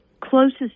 closest